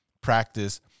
practice